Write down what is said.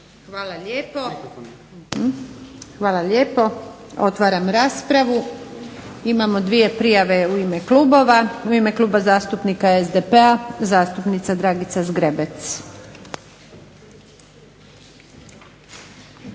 Hvala lijepo. Otvaram raspravu. Imamo dvije prijave u ime klubova. U ime Kluba zastupnika SDP-a zastupnica Dragica Zgrebec.